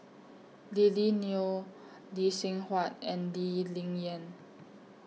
Lily Neo Lee Seng Huat and Lee Ling Yen